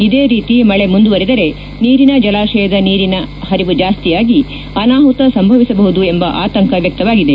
ಇದೇ ರೀತಿ ಮಳೆ ಮುಂದುವರೆದರೆ ನೀರಿನ ಜಲಾಶಯದ ನೀರಿನ ಪರಿವು ಜಾಸ್ತಿಯಾಗಿ ಅನಾಹುತ ಸಂಭವಿಸಬಹುದು ಎಂಬ ಆತಂಕ ವ್ಯಕ್ತವಾಗಿದೆ